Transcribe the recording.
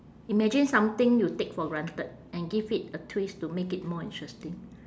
imagine something you take for granted and give it a twist to make it more interesting